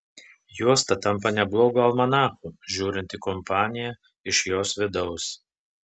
juosta tampa neblogu almanachu žiūrint į kompaniją iš jos vidaus